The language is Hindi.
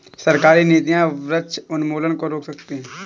सरकारी नीतियां वृक्ष उन्मूलन को रोक सकती है